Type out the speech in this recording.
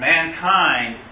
Mankind